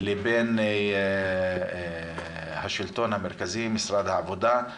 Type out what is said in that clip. לבין השלטון המרכזי, משרד העבודה.